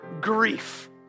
grief